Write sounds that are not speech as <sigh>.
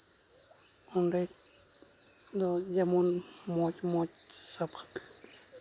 ᱚᱸᱰᱮ ᱫᱚ ᱡᱮᱢᱚᱱ ᱢᱚᱡᱽ ᱢᱚᱡᱽ <unintelligible>